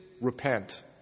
repent